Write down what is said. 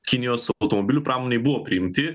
kinijos automobilių pramonėj buvo priimti